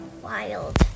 Wild